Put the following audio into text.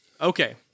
Okay